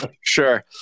Sure